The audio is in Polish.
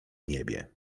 niebie